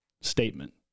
statement